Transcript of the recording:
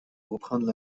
reprendre